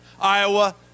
Iowa